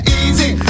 easy